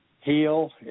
heal